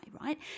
right